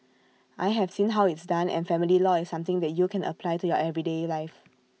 I have seen how it's done and family law is something that you can apply to your everyday life